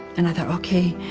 and i thought, okay,